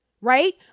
Right